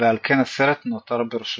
ועל כן הסרט נותר ברשותנו.